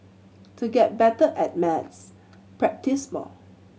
to get better at maths practise more